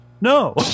No